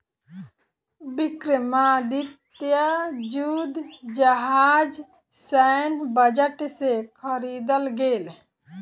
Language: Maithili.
विक्रमादित्य युद्ध जहाज सैन्य बजट से ख़रीदल गेल